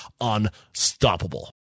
unstoppable